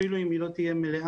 אפילו אם היא לא תהיה מלאה,